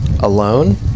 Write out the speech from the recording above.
Alone